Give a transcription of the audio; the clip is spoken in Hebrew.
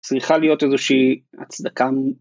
‫צריכה להיות איזושהי הצדקה